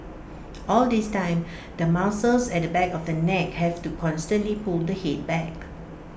all this time the muscles at the back of the neck have to constantly pull the Head back